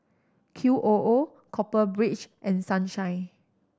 Q O O Copper Ridge and Sunshine